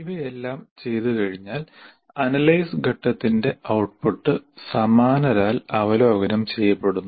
ഇവയെല്ലാം ചെയ്തുകഴിഞ്ഞാൽ അനലൈസ് ഘട്ടത്തിന്റെ ഔട്ട്പുട്ട് സമാനരാൽ അവലോകനം ചെയ്യപ്പെടുന്നു